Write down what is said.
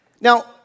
Now